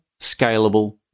scalable